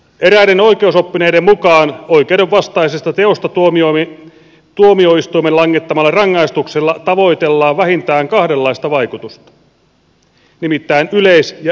eräiden oikeusoppineiden mukaan oikeudenvastaisesta teosta tuomioistuimen langettamalla rangaistuksella tavoitellaan vähintään kahdenlaista vaikutusta nimittäin yleis ja erityisestävää vaikutusta